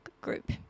group